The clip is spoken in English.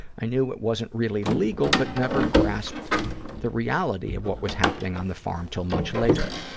i knew it wasn't really legal but never grasped the reality of what was happening on the farm till much later.